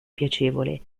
piacevole